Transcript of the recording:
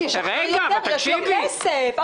אבל יש גם כסף.